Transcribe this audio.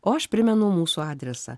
o aš primenu mūsų adresą